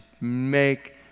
make